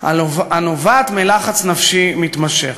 הנובעת מלחץ נפשי מתמשך.